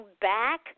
back